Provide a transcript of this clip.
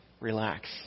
relax